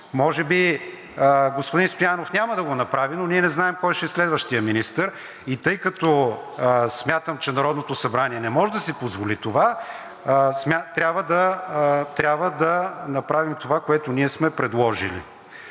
Може би господин Стоянов няма да го направи, но ние не знаем кой ще е следващият министър. И тъй като смятам, че Народното събрание не може да си позволи това, трябва да направим това, което ние сме предложили.